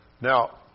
Now